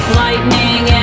lightning